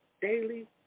daily